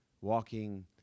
walking